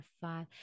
five